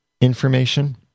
information